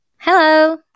Hello